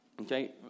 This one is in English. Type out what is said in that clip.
okay